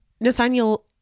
Nathaniel